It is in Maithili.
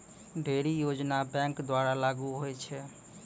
ढ़ेरी योजना बैंक द्वारा लागू होय छै